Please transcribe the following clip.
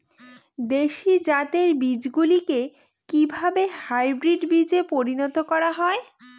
দেশি জাতের বীজগুলিকে কিভাবে হাইব্রিড বীজে পরিণত করা হয়?